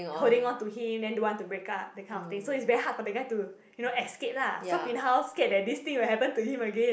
holding on to him then don't want to break up that kind of thing so it's very hard for the guy to you know escape lah so bin hao very scared that this thing will happen to him again